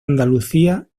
andalucía